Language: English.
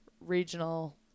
regional